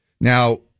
Now